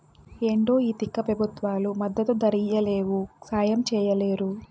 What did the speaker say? ఏంటో ఈ తిక్క పెబుత్వాలు మద్దతు ధరియ్యలేవు, సాయం చెయ్యలేరు